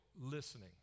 listening